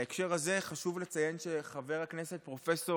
בהקשר זה חשוב לציין שחבר הכנסת פרופ'